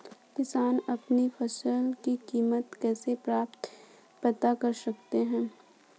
किसान अपनी फसल की कीमत कैसे पता कर सकते हैं?